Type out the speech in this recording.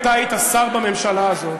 אתה היית שר בממשלה הזאת,